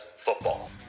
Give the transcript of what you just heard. football